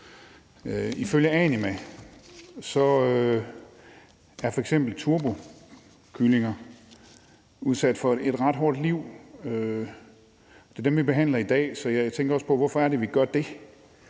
Ifølge Anima er f.eks. turbokyllinger udsat for et ret hårdt liv. Det er dem, vi behandler et forslag om i dag, så jeg tænker også på, hvorfor det er, at vi gør det.